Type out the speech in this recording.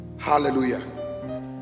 Hallelujah